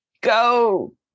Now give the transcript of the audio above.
go